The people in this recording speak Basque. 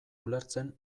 ulertzen